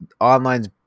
online's